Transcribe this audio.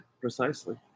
precisely